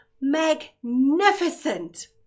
magnificent